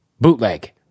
BOOTLEG